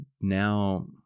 now